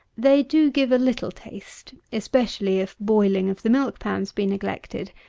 they do give a little taste, especially if boiling of the milk pans be neglected,